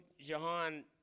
Jahan